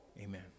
Amen